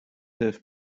have